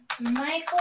Michael